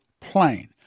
plain